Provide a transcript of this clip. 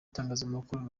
itangazamakuru